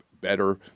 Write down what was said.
better